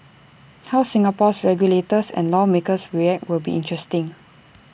how Singapore's regulators and lawmakers will react will be interesting